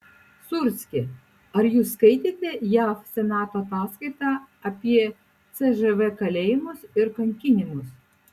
sūrski ar jūs skaitėte jav senato ataskaitą apie cžv kalėjimus ir kankinimus